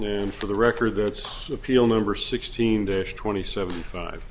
and for the record that's appeal number sixteen to twenty seven five